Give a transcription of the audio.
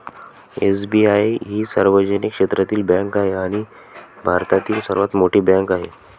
SBI ही सार्वजनिक क्षेत्रातील बँक आहे आणि भारतातील सर्वात मोठी बँक आहे